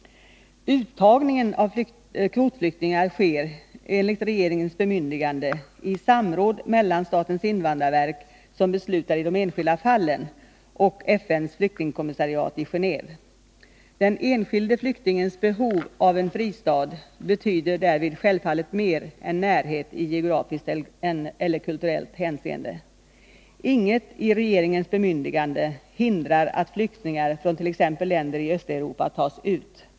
Uttagningen av kvotflyktingar sker enligt regeringens bemyndigande i samråd mellan statens invandrarverk, som beslutar i de enskilda fallen, och FN:s flyktingkommissariat i Geneve. Den enskilde flyktingens behov av en fristad betyder därvid självfallet mer än närhet i geografiskt eller kulturellt hänseende. Inget i regeringens bemyndigande hindrar att flyktingar från t.ex. länder i Östeuropa tas ut.